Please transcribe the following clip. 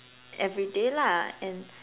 everyday lah and